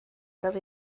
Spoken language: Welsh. fel